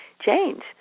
change